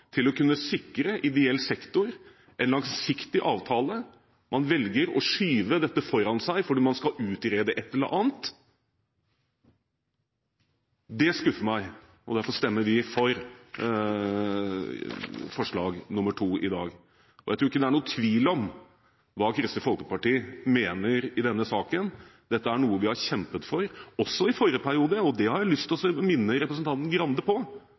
til å kunne sikre ideell sektor en langsiktig avtale. Man velger å skyve dette foran seg fordi man skal utrede et eller annet. Det skuffer meg. Derfor stemmer vi for forslag nr. 2 i dag. Jeg tror ikke det er noen tvil om hva Kristelig Folkeparti mener i denne saken. Dette er noe vi har kjempet for, også i forrige periode. Det har jeg lyst til å minne representanten Grande på,